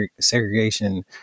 segregation